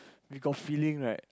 we got feeling right